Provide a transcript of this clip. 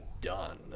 done